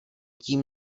tím